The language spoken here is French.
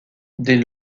des